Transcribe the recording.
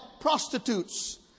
prostitutes